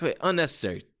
unnecessary